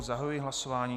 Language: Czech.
Zahajuji hlasování.